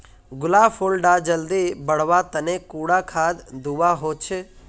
गुलाब फुल डा जल्दी बढ़वा तने कुंडा खाद दूवा होछै?